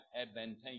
advantageous